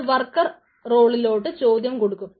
അത് വർക്കർ റോളിലോട്ട് ചോദ്യം കൊടുക്കും